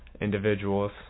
individuals